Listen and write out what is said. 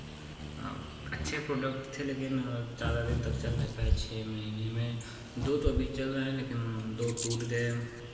और अच्छे प्रोडक्ट थे लेकिन ज़्यादा दिन तक चल नहीं पाया छः महीने में दो तो अभी चल रहे हैं लेकिन दो टूट गए